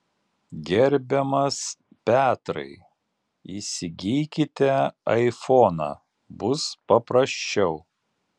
gerbiamas petrai įsigykite aifoną bus paprasčiau